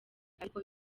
ariko